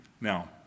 Now